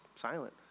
silent